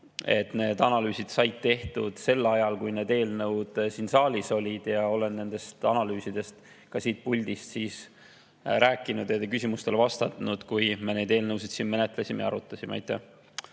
et analüüsid said tehtud sel ajal, kui need eelnõud siin saalis olid. Olen nendest analüüsidest ka siin puldis rääkinud ja [nende kohta] küsimustele vastanud, kui me neid eelnõusid siin menetlesime ja arutasime. Eesti